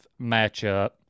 matchup